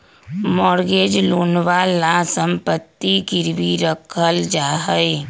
mortgage लोनवा ला सम्पत्ति गिरवी रखल जाहई